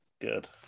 Good